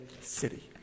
city